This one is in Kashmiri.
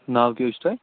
ناو کیٛاہ حظ چھِ تۄہہِ